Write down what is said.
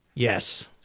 Yes